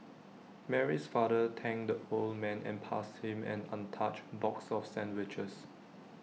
Mary's father thanked the old man and passed him an untouched box of sandwiches